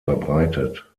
verbreitet